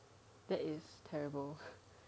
that is terrible